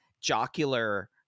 jocular